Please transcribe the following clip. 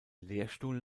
lehrstuhl